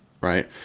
right